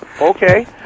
Okay